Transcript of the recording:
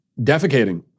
defecating